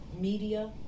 Media